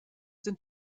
sind